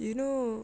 you know